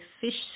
fish